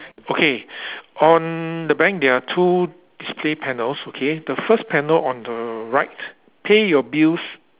okay on the bank there are two display panels okay the first panel on the right pay your bills